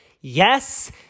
Yes